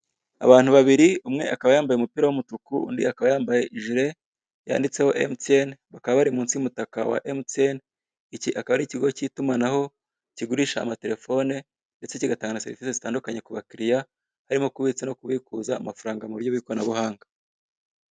Abantu babiri, umwe akaba yambaye umupira w'umutuku, undi akaba yambaye ijire yanditseho emutiyeni bakaba bari munsi y'umutaka wa emutiyeni. Iki akaba ari ikigo k'itumanaho kigurisha amaterefone ndetse kigatanga na serivise zitandukanye ku bakiriya, harimo kubitsa no kubikuza amafaranga mu buryo bw'ikoranabuhanga.